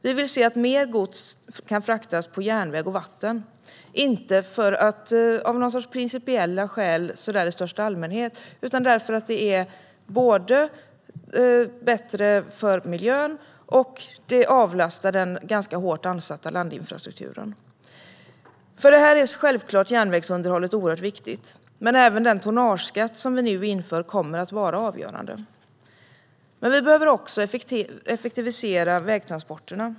Vi vill se att mer gods kan fraktas på järnväg och vatten, inte av någon sorts principiella skäl så där i största allmänhet, utan därför att det både är bättre för miljön och avlastar den ganska hårt ansatta landinfrastrukturen. För detta är självklart järnvägsunderhållet oerhört viktigt, och den tonnageskatt vi nu inför kommer att vara avgörande. Men vi behöver också effektivisera vägtransporterna.